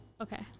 okay